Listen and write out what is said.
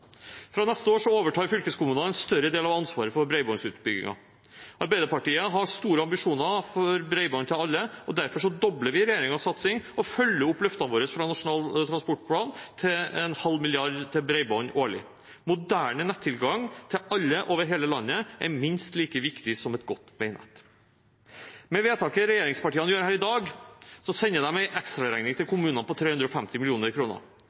Fra neste år overtar fylkeskommunene en større del av ansvaret for bredbåndsutbyggingen. Arbeiderpartiet har store ambisjoner om bredbånd til alle, og derfor dobler vi regjeringens satsing og følger opp løftene våre fra Nasjonal transportplan om 0,5 mrd. kr til bredbånd årlig. Moderne nettilgang til alle over hele landet er minst like viktig som et godt veinett. Med vedtaket regjeringspartiene gjør her i dag, sender de en ekstraregning til